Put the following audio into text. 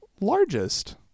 largest